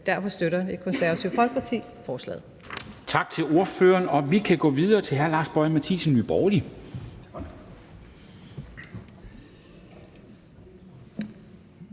Derfor støtter Det Konservative Folkeparti forslaget.